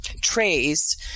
trays